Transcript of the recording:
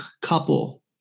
couple